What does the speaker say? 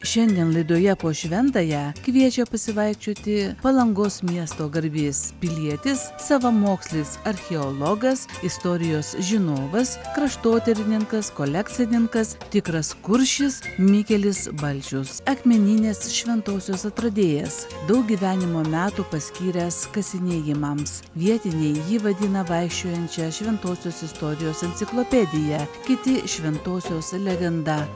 šiandien laidoje po šventąją kviečia pasivaikščioti palangos miesto garbės pilietis savamokslis archeologas istorijos žinovas kraštotyrininkas kolekcininkas tikras kuršis mikelis balčius akmeninės šventosios atradėjas daug gyvenimo metų paskyręs kasinėjimams vietiniai jį vadina vaikščiojančia šventosios istorijos enciklopedija kiti šventosios legenda